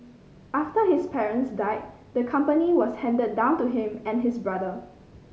after his parents died the company was handed down to him and his brother